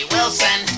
Wilson